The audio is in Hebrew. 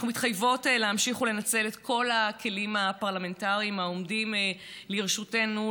אנחנו מתחייבות להמשיך ולנצל את כל הכלים הפרלמנטריים העומדים לרשותנו,